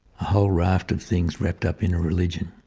whole raft of things wrapped up in a religion.